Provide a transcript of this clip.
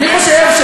חבל מאוד.